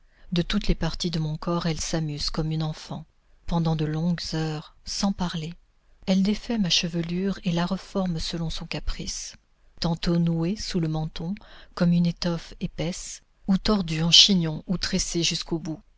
de toutes les parties de mon corps elle s'amuse comme une enfant pendant de longues heures sans parler elle défait ma chevelure et la reforme selon son caprice tantôt nouée sous le menton comme une étoffe épaisse ou tordue en chignon ou tressée jusqu'au bout